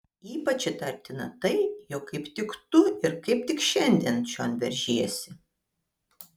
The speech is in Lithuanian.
ypač įtartina tai jog kaip tik tu ir kaip tik šiandien čion veržiesi